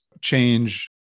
change